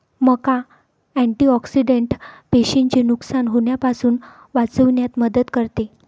मका अँटिऑक्सिडेंट पेशींचे नुकसान होण्यापासून वाचविण्यात मदत करते